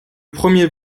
premier